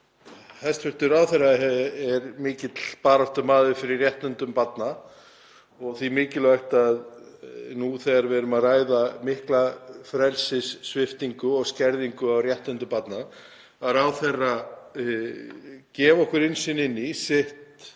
Hæstv. ráðherra er mikill baráttumaður fyrir réttindum barna og því mikilvægt, nú þegar við erum að ræða mikla frelsissviptingu og skerðingu á réttindum barna, að ráðherra gefi okkur innsýn inn í sína